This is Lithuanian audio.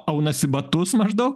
aunasi batus maždaug